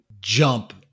jump